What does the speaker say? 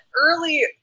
early